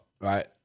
right